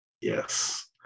Yes